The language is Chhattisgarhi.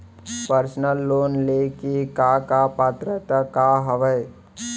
पर्सनल लोन ले के का का पात्रता का हवय?